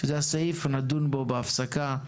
נדון בו בהפסקה,